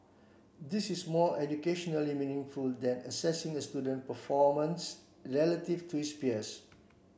this is more educationally meaningful than assessing a student performance relative to his peers